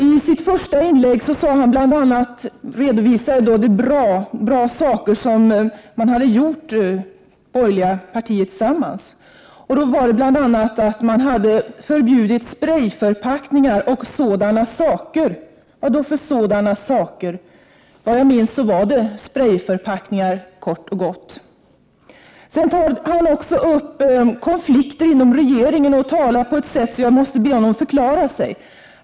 I sitt första inlägg redovisade Anders Castberger vad de borgerliga partierna tillsammans hade gjort på det här området. Bl.a. hade man förbjudit sprejförpackningar och ”sådana saker”. Vad då för ”sådana saker”? Såvitt jag minns var det sprejförpackningar kort och gott. Sedan tog Anders Castberger också upp konflikter inom regeringen och talade på ett sådant sätt att jag måste be honom förklara sig.